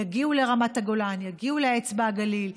יגיעו לרמת הגולן ,יגיעו לאצבע הגליל,